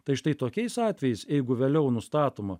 tai štai tokiais atvejais jeigu vėliau nustatoma